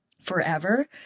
forever